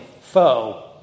foe